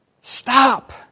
Stop